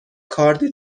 کارد